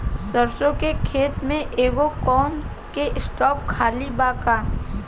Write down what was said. सरसों के खेत में एगो कोना के स्पॉट खाली बा का?